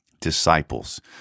disciples